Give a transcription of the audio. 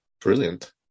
Brilliant